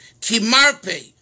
Kimarpe